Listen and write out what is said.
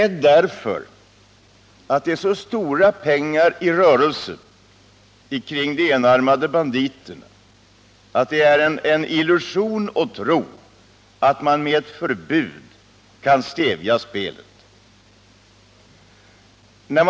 Det är så stora pengar i rörelse kring de enarmade banditerna att det är en illusion att tro att spelet kan stävjas genom förbud.